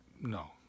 No